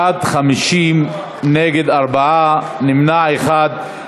בעד, 50, נגד, 4, נמנע אחד.